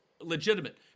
legitimate